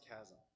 chasm